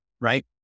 right